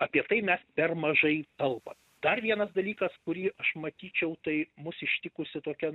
apie tai mes per mažai kalbam dar vienas dalykas kurį aš matyčiau tai mus ištikusi tokia na